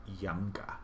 younger